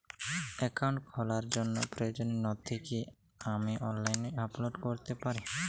Account খোলার জন্য প্রয়োজনীয় নথি কি আমি অনলাইনে আপলোড করতে পারি?